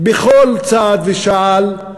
בכל צעד ושעל,